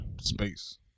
space